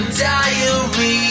diary